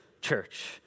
church